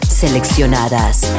Seleccionadas